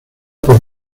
por